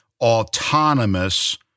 autonomous